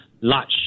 large